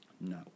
No